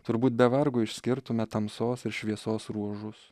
turbūt be vargo išskirtume tamsos ir šviesos ruožus